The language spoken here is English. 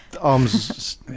arms